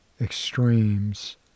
extremes